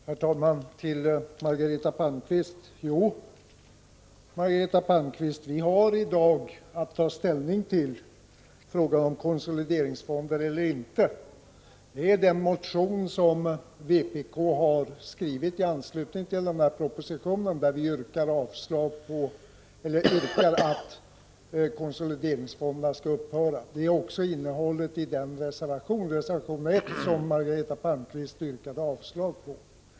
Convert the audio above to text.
Herr talman! Jo, Margareta Palmqvist, vi har i dag att ta ställning till frågan om konsolideringsfonder eller inte konsolideringsfonder. Det är innehållet i den motion som vpk har skrivit i anslutning till propositionen, där vi yrkar att konsolideringsfonderna skall upphöra. Det är också innehållet i reservation nr 1, som Margareta Palmqvist yrkade avslag på.